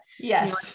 Yes